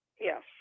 Yes